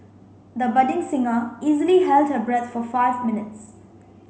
the budding singer easily held her breath for five minutes